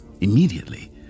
Immediately